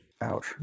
Ouch